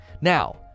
Now